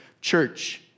church